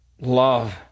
love